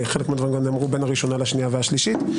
חלק מהדברים נאמרו בין הראשונה לשנייה והשלישית.